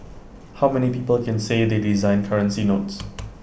how many people can say they designed currency notes